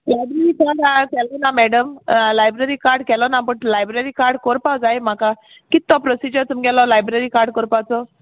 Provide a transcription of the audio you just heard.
library card केलो ना madam library card केलो ना बट लायब्ररी कार्ड कोरपा जाय म्हाका कित तो प्रोसिजर तुमगेलो लायब्ररी कार्ड कोरपाचो